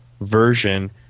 version